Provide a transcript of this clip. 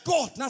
God